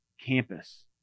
campus